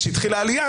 כשהתחילה העלייה